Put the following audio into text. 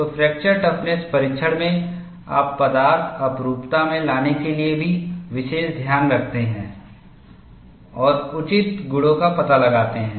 तो fracture toughness परीक्षण में आप पदार्थ अपररूपता में लाने के लिए भी विशेष ध्यान रखते हैं और उचित गुणों का पता लगाते हैं